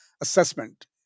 assessment